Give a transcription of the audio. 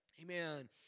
Amen